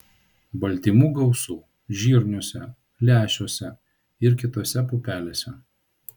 baltymų gausu žirniuose lęšiuose ir kitose pupelėse